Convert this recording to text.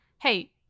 Hey